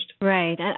Right